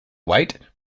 white